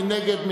מי נגד?